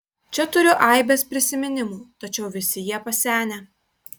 čia turiu aibes prisiminimų tačiau visi jie pasenę